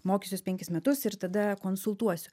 mokysiuos penkis metus ir tada konsultuosiu